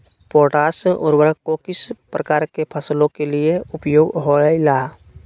Potash उर्वरक को किस प्रकार के फसलों के लिए उपयोग होईला?